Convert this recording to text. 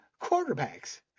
quarterbacks